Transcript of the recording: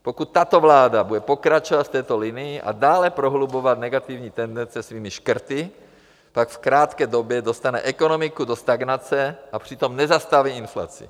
Pokud tato vláda bude pokračovat v této linii a dále prohlubovat negativní tendence svými škrty, tak v krátké době dostane ekonomiku do stagnace a přitom nezastaví inflaci.